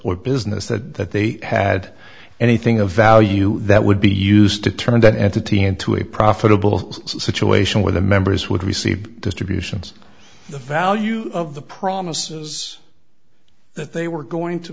what business that they had anything of value that would be used to turn that entity into a profitable situation where the members would receive distributions the value of the promises that they were going to